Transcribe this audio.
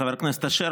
חבר הכנסת אשר,